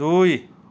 দুই